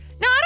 No